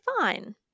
fine